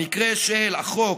במקרה של החוק,